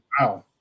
Wow